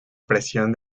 presión